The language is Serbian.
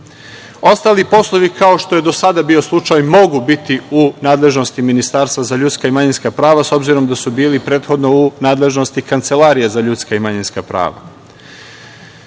poslovi kao što je do sada bio slučaj mogu biti u nadležnosti Ministarstva za ljudska i manjinska prava, s obzirom da su bili prethodno u nadležnosti Kancelarije za ljudska i manjinska prava. Takođe